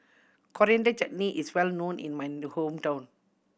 Coriander Chutney is well known in my hometown